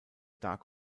dark